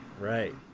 right